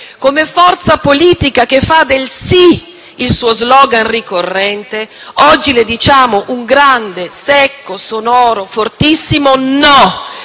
come forza politica che fa del sì il suo *slogan* ricorrente, oggi le diciamo un grande, secco, sonoro, fortissimo no!